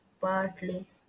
Partly